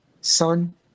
son